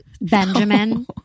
Benjamin